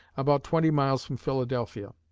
about twenty miles from philadelphia.